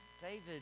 David